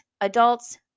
adults